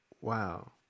Wow